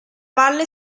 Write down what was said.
valle